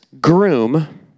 groom